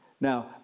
Now